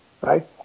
right